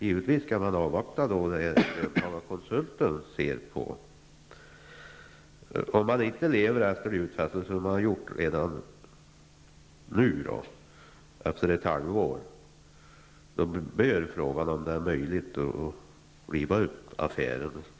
Givetvis kan man avvakta hur löntagarkonsulten ser på saken. Om man redan efter ett halvår frångår gjorda utfästelser, bör frågan tas upp om det är möjligt att riva upp affären.